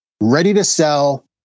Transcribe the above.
ready-to-sell